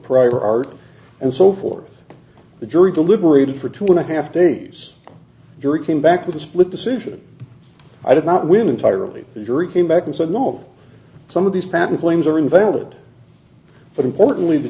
prior art and so forth the jury deliberated for two and a half days during came back with a split decision i did not win entirely the jury came back and so not all some of these patent claims are invalid but importantly the